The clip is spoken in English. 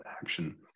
action